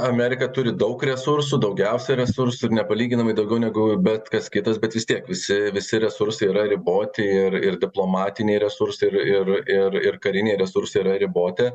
amerika turi daug resursų daugiausia resursų ir nepalyginamai daugiau negu bet kas kitas bet vis tiek visi visi resursai yra riboti ir ir diplomatiniai resursai ir ir ir ir kariniai resursai yra riboti